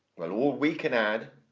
well all we can add,